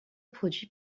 produit